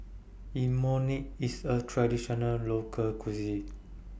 Imoni IS A Traditional Local Cuisine